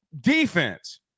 defense